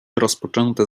rozpoczęte